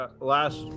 last